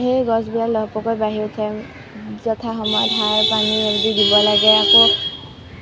সেই গছবোৰে লহ্ পহ্কৈ বাঢ়ি উঠে যথাসময়ত সাৰ পানী দিব লাগে আকৌ